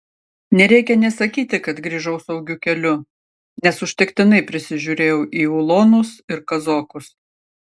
nereikia nė sakyti kad grįžau saugiu keliu nes užtektinai prisižiūrėjau į ulonus ir kazokus